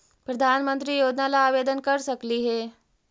प्रधानमंत्री योजना ला आवेदन कर सकली हे?